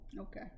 Okay